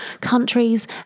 countries